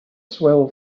swell